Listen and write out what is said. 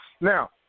Now